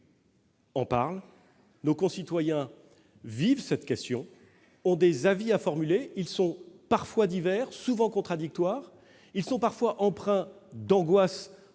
en parlent, vivent cette question, ont des avis à formuler. Ils sont parfois divers, souvent contradictoires ; ils sont parfois empreints d'angoisse